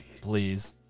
Please